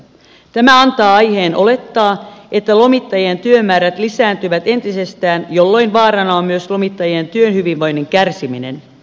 tämä antaa aiheen olettaa että lomittajien työmäärät lisääntyvät entisestään jolloin vaarana on myös lomittajien työhyvinvoinnin kärsiminen